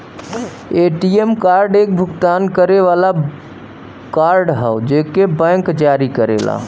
ATM card एक भुगतान करे वाला कार्ड हौ जेके बैंक जारी करेला